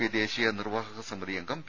P ദേശീയ നിർവ്വാഹക സമിതി അംഗം പി